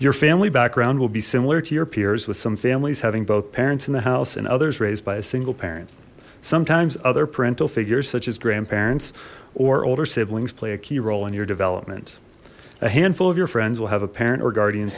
your family background will be similar to your peers with some families having both parents in the house and others raised by a single parent sometimes other parental figures such as grandparents or older siblings play a key role in your development a handful of your friends will have a parent or guardian